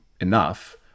enough